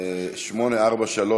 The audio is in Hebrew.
מס' 843,